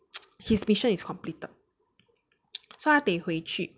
his mission is completed so 他得回去